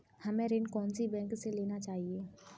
हमें ऋण कौन सी बैंक से लेना चाहिए?